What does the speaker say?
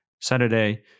Saturday